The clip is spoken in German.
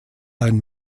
ein